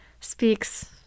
speaks